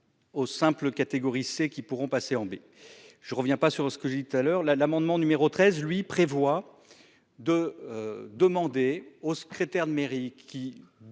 Au simple catégorie C qui pourront passer en bé je ne reviens pas sur ce que j'ai dit tout à l'heure là. L'amendement numéro 13 lui-prévoit de. Demander au secrétaire de mairie qui